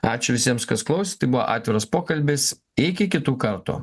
ačiū visiems kas klosėt tai buvo atviras pokalbis iki kitų kartų